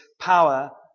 power